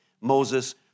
Moses